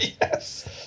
Yes